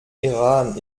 iran